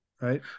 right